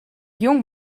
jong